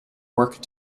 work